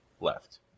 left